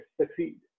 succeed